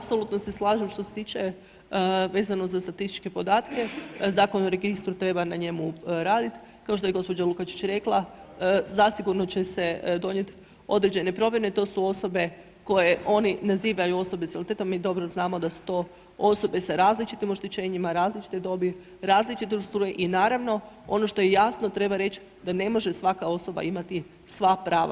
Apsolutno se slažem što se tiče vezano za statističke podatke, Zakon o registru, treba na njemu raditi, kao što je gđa. Lukačić rekla, zasigurno će se donijeti određene promjene, to su osobe koje oni nazivaju osobe s invaliditetom, mi dobro znamo da su to osobe sa različitim oštećenjima, različite dobi, različite ... i naravno ono što je jasno, treba reći da ne može svaka osoba imati sva prava.